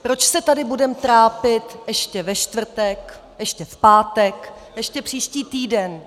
Proč se tady budeme trápit ještě ve čtvrtek, ještě v pátek, ještě příští týden?